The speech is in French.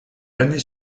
l’année